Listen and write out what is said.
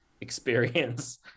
experience